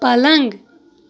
پلنٛگ